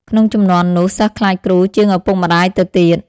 ក្នុងជំនាន់នោះ សិស្សខ្លាចគ្រូជាងឪពុកម្ដាយទៅទៀត ។